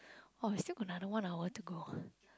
oh we still got another one hour to go